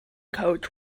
coach